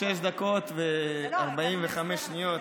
בשש דקות ו-45 שניות